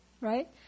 right